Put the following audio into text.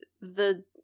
the-